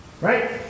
Right